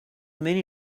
many